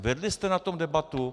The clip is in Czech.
Vedli jste o tom debatu?